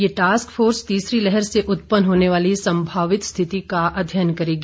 ये task force तीसरी लहर से उत्पन्न होने वाली संभावित स्थिति का अध्ययन करेगी